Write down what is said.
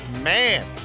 man